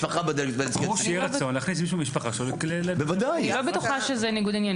במסגרת --- אני לא בטוחה שזה ניגוד עניינים.